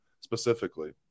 specifically